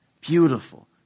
Beautiful